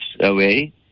away